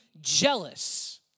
jealous